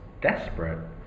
desperate